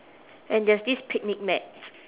and there's this picnic mat